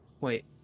wait